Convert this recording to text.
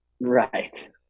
Right